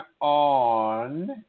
on